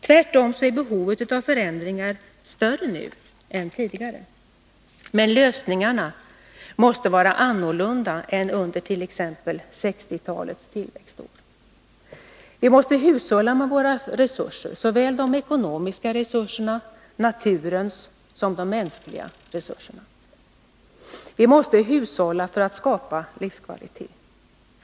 Tvärtom är behovet av förändringar större nu än tidigare, men lösningarna måste vara annorlunda än under t.ex. 1960-talets tillväxtår. Vi måste hushålla med våra resurser, såväl de ekonomiska resurserna och naturens resurser som de mänskliga. Vi måste hushålla för att skapa livskvalitet.